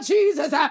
Jesus